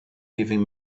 giving